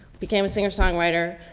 became a singer song writer.